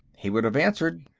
he would have answered,